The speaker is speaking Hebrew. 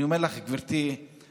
אני אומר לך, גברתי השרה,